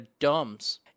dumbs